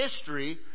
history